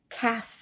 cast